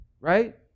right